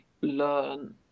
learn